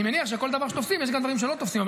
אני מניח שעל כל דבר שתופסים יש דברים שלא תופסים.